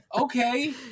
okay